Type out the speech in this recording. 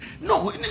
no